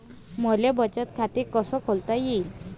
मले बचत खाते कसं खोलता येईन?